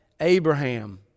Abraham